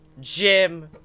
Jim